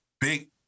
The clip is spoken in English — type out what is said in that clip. big